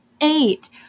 eight